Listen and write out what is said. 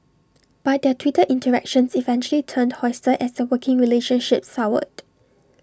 but their Twitter interactions eventually turned hostile as their working relationship soured